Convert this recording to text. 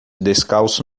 descalço